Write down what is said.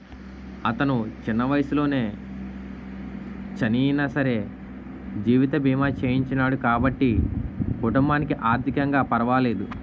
అతను చిన్న వయసులోనే చనియినా సరే జీవిత బీమా చేయించినాడు కాబట్టి కుటుంబానికి ఆర్ధికంగా పరవాలేదు